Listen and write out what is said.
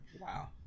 Wow